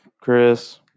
Chris